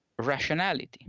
rationality